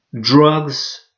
drugs